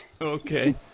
okay